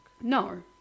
No